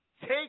Take